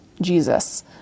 Jesus